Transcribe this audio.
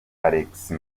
alex